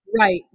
Right